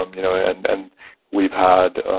um you know, and and we've had,